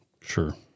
Sure